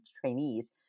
trainees